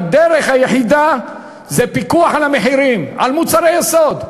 הדרך היחידה היא פיקוח על המחירים של מוצרי יסוד.